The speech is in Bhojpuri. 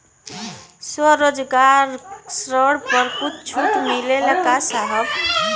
स्वरोजगार ऋण पर कुछ छूट मिलेला का साहब?